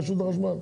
רשות החשמל?